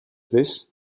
this